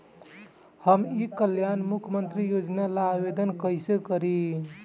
हम ई कल्याण मुख्य्मंत्री योजना ला आवेदन कईसे करी?